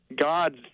God's